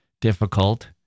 difficult